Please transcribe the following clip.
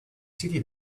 seated